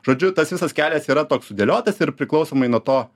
žodžiu tas visas kelias yra toks sudėliotas ir priklausomai nuo to